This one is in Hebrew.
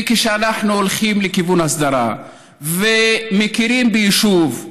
וכשאנחנו הולכים לכיוון הסדרה ומכירים ביישוב,